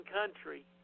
country